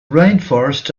rainforests